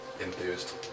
enthused